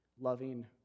loving